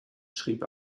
schrieb